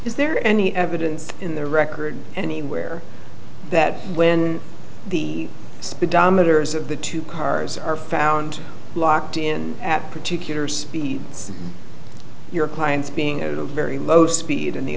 is there any evidence in the record anywhere that when the speedometers of the two cars are found locked in at particular speeds your clients being at a very low speed and the